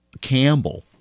Campbell